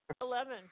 Eleven